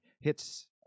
hits